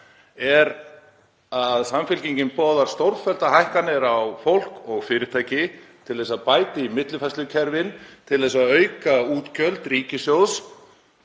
er að Samfylkingin boðar stórfelldar hækkanir á fólk og fyrirtæki til að bæta í millifærslukerfin, til að auka útgjöld ríkissjóðs